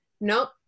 nope